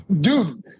Dude